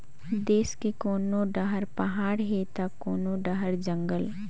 देस के कोनो डहर पहाड़ हे त कोनो डहर जंगल